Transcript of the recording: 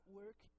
work